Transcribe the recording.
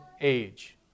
age